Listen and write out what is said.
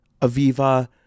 Aviva